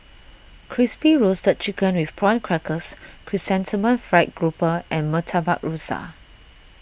Crispy Roasted Chicken with Prawn Crackers Chrysanthemum Fried Grouper and Murtabak Rusa